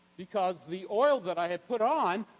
because the oil that i had put on,